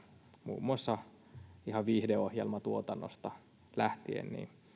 muun muassa ihan viihdeohjelmatuotannosta lähtien